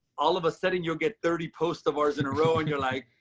all of a sudden you'll get thirty post of hours in a row and you're like,